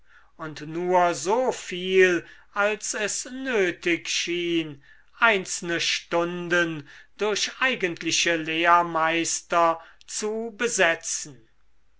und nur so viel als es nötig schien einzelne stunden durch eigentliche lehrmeister zu besetzen